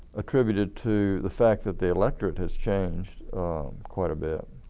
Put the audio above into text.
attributed to the fact that the electorate has changed quite a bit.